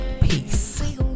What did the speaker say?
Peace